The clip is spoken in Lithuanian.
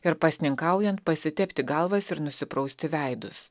ir pasninkaujant pasitepti galvas ir nusiprausti veidus